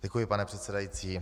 Děkuji, pane předsedající.